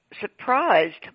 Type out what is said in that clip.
surprised